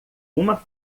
uma